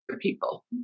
people